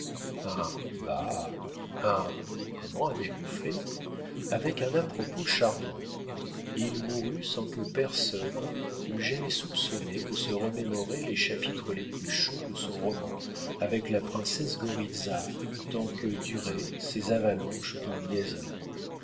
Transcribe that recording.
comment avez-vous fait avec un à-propos charmant il mourut sans que personne l'eût jamais soupçonné de se remémorer les chapitres les plus chauds de son roman avec la princesse goritza tant que duraient ces avalanches de